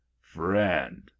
Friend